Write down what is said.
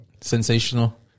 sensational